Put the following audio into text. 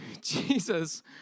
Jesus